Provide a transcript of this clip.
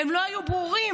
הם לא היו ברורים,